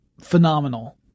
Phenomenal